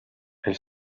elles